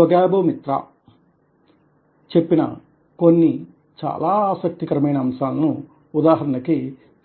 సౌగాటో మిత్రా చెప్పిన కొన్ని చాలా ఆసక్తికరమైన అంశాలను ఉదాహరణకి